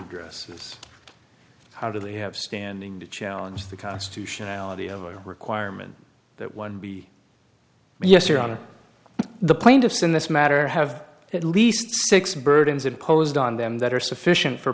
addresses how do they have standing to challenge the constitutionality of a requirement that one be yes or on the plaintiffs in this matter have at least six burdens imposed on them that are sufficient for